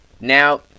Now